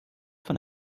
von